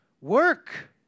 Work